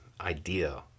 idea